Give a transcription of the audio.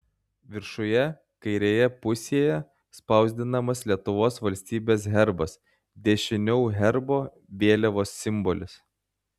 viršuje kairėje pusėje spausdinamas lietuvos valstybės herbas dešiniau herbo vėliavos simbolis